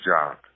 job